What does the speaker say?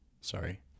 Sorry